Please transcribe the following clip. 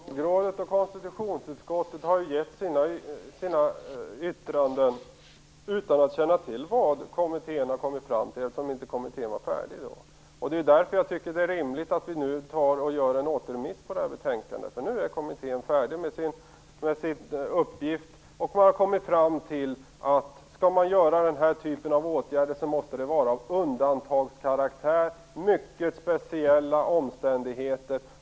Fru talman! Lagrådet och konstitutionsutskottet har gett sina yttranden utan att känna till vad kommittén har kommit fram till, eftersom kommittén då inte var färdig med sitt arbete. Det är därför jag anser att det är rimligt att vi nu återremitterar betänkandet till utskottet, eftersom kommittén nu är färdig med sin uppgift, och man har kommit fram till att om denna typ av åtgärder skall vidtas måste de vara av undantagskaraktär, och det måste vara fråga om mycket speciella omständigheter.